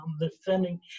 defending